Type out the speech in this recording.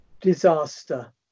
disaster